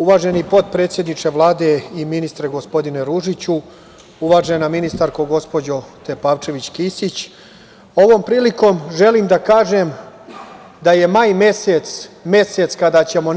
Uvaženi potpredsedniče Vlade i ministre, gospodine Ružiću, uvažena ministarko, gospođo Tepavčević-Kisić, ovom prilikom želim da kažem da je maj mesec mesec kada ćemo